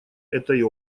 этой